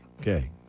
Okay